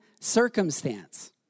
circumstance